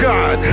God